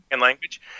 language